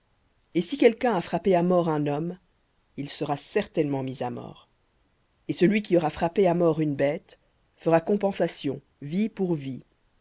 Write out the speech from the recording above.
et si quelqu'un a frappé à mort un homme il sera certainement mis à mort et celui qui aura frappé à mort une bête fera compensation vie pour vie